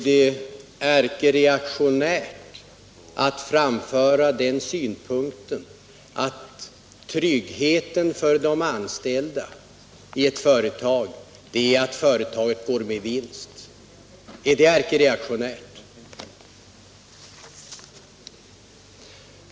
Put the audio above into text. Herr talman! Är det ärkereaktionärt att framföra synpunkten att tryggheten för de anställda i ett företag är vetskapen om att företaget går med vinst? Är det ärkereaktionärt?